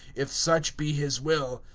if such be his will,